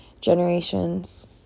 generations